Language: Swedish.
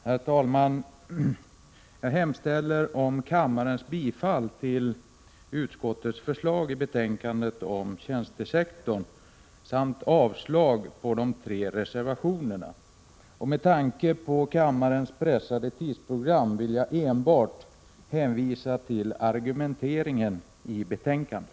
Herr talman! Jag hemställer om kammarens bifall till utskottets förslag i betänkandet om tjänstesektorn samt avslag på de tre reservationerna. Med tanke på kammarens pressade tidsprogram vill jag enbart hänvisa till argumenteringen i betänkandet.